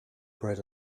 bread